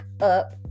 up